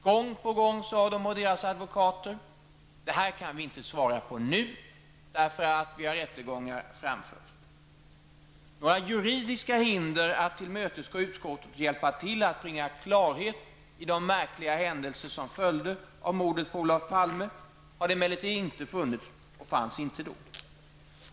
Gång på gång sade de och deras advokater: Det här kan vi inte svara på nu, därför att vi har rättegångar framför oss. Några juridiska hinder fanns det emellertid inte för att tillmötesgå utskottet och hjälpa till att bringa klarhet i de märkliga händelser som följde av mordet på Olof Palme.